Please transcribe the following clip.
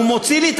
הוא מוציא לי,